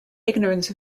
ignorance